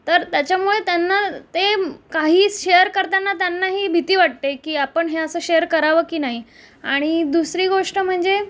तर त्याच्यामुळे त्यांना ते काही शेअर करताना त्यांना ही भीती वाटते की आपण हे असं शेअर करावं की नाही आणि दुसरी गोष्ट म्हणजे